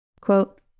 quote